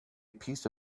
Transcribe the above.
piece